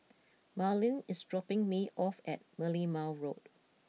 Marleen is dropping me off at Merlimau Road